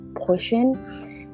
portion